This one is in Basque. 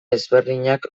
ezberdinak